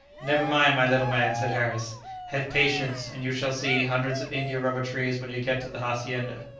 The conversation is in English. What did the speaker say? never mind, my little man, said harris have patience, and you shall see hundreds of india-rubber-trees when you get to the hacienda.